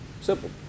Simple